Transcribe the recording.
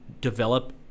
develop